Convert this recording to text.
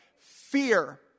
Fear